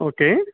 okay